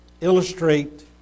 illustrate